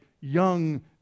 young